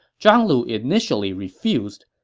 zhang lu initially refused,